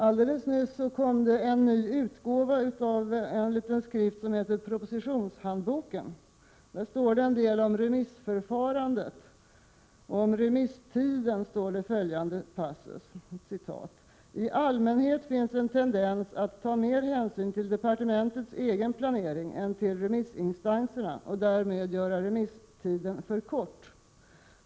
Alldeles nyss utkom en ny utgåva av en liten skrift som heter Propositionshandboken. I denna skrift står det en del om remissförfarandet. Om remisstiden står det att det i allmänhet finns en tendens att ta mer hänsyn till departementets egen planering än till remissinstanserna och att därmed göra remisstiden för kort.